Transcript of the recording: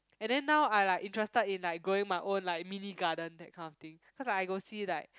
and then now I like interested in like growing my own like mini garden that kind of thing cause like I go see like